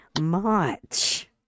March